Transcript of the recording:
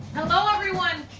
hello everyone,